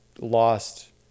lost